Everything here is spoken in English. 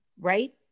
right